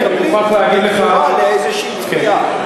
הם מקבלים בתמורה לאיזשהי תביעה.